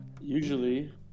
Usually